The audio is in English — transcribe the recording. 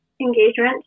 engagement